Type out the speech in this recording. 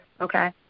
okay